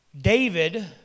David